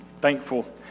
thankful